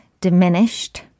diminished